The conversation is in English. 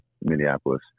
Minneapolis